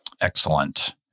Excellent